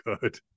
good